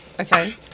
Okay